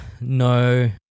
No